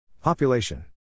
Population